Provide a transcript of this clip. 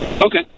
Okay